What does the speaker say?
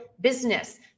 business